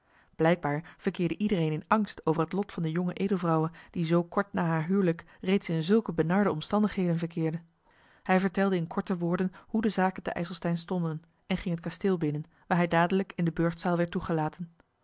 blijkbaar verkeerde iedereen in angst over het lot van de jonge edelvrouwe die zoo kort na haar huwelijk reeds in zulke benarde omstandigheden verkeerde hij vertelde in korte woorden hoe de zaken te ijselstein stonden en ging het kasteel binnen waar hij dadelijk in de burchtzaal werd toegelaten